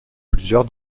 plusieurs